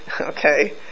okay